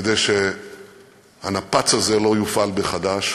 כדי שהנפץ הזה לא יופעל מחדש.